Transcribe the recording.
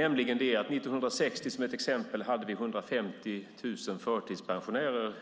År 1960, som ett exempel, hade vi 150 000 förtidspensionärer.